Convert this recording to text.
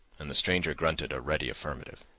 and the stranger grunted a ready affirmative.